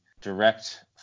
direct